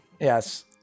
Yes